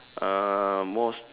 uh more s~